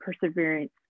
perseverance